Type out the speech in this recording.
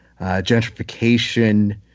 gentrification